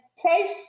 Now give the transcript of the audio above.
price